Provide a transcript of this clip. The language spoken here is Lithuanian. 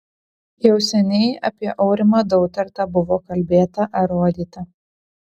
jau seniai apie aurimą dautartą buvo kalbėta ar rodyta